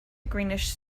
greenish